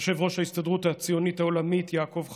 יושב-ראש ההסתדרות הציונית העולמית יעקב חגואל,